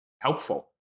helpful